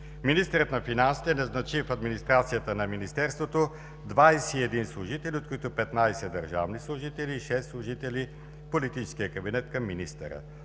Министърът на финансите назначи в администрацията на Министерството 21 служители, от които 15 държавни служители и шест служители в политическия кабинет към министъра.